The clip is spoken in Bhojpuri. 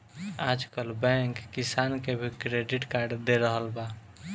आजकल बैंक किसान के भी क्रेडिट कार्ड दे रहल बा